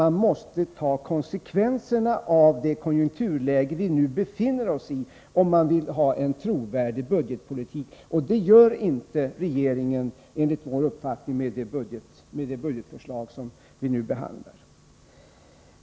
Man måste ta konsekvenserna av det konjunkturläge vi nu befinner oss i, om man vill föra en trovärdig stabiliseringspolitik. Det gör inte regeringen med det budgetförslag som vi i dag behandlar.